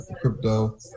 crypto